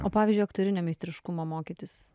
o pavyzdžiui aktorinio meistriškumo mokytis